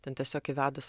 ten tiesiog įvedus